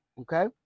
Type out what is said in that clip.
Okay